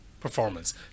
performance